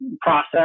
process